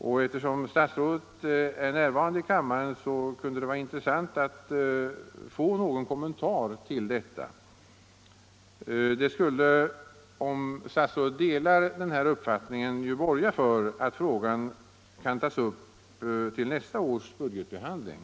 När nu statsrådet är närvarande 11 april 1975 i kammaren kunde det vara intressant att få någon kommentar till detta. bensin inr Om statsrådet delar uppfattningen beträffande dessa förslag borgar det — Brottsförebyggande för att frågorna kan tas upp vid nästa budgetbehandling.